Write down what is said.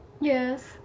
Yes